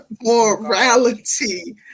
morality